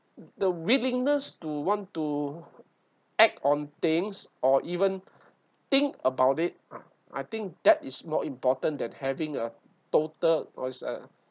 the willingness to want to act on things or even think about it I think that is more important than having a total or is a